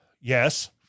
Yes